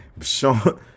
Sean